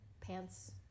pants